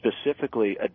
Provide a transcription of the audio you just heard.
specifically